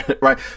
right